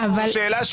זו שאלה של